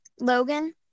Logan